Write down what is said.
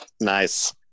nice